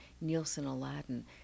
Nielsen-Aladdin